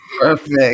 Perfect